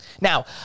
Now